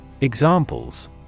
Examples